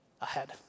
ahead